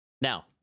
now